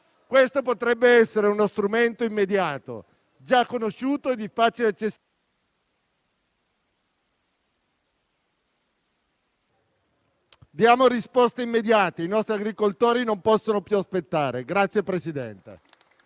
Questo potrebbe essere uno strumento immediato, già conosciuto e di facile accessibilità. Diamo risposte immediate, poiché i nostri agricoltori non possono più aspettare.